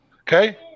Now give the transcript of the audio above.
Okay